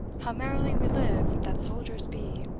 how merrily we live that soldiers be!